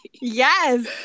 yes